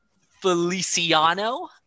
Feliciano